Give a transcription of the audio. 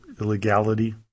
illegality